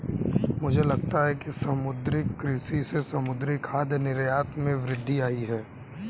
मुझे लगता है समुद्री कृषि से समुद्री खाद्य निर्यात में वृद्धि आयी है